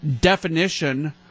definition